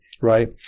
right